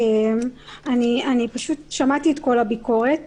שמעתי את הביקורת